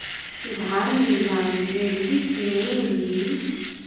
धान बिहान मिलही की नी मिलही?